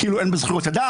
כאילו אין בה זכויות אדם,